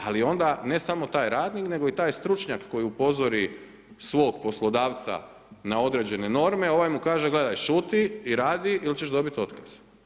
Ali onda ne samo taj radnik nego i taj stručnjak koji upozori svog poslodavca na određene norme, a ovaj mu kaže – gledaj, šuti i radi ili ćeš dobiti otkaz.